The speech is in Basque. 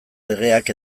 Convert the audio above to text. legeak